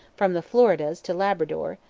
from the floridas to labrador,